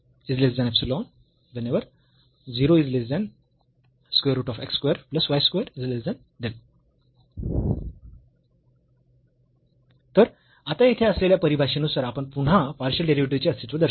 whenever तर आता येथे असलेल्या परिभाषेनुसार आपण पुन्हा पार्शियल डेरिव्हेटिव्हस् चे अस्तित्व दर्शवू